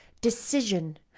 decision